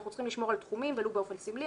אנחנו צריכים לשמור על תחומים ולו באופן סמלי,